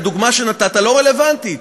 הדוגמה שנתת לא רלוונטית.